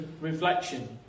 reflection